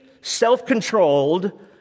self-controlled